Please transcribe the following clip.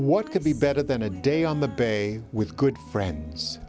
what could be better than a day on the bay with good friends